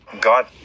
God